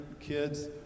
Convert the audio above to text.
kids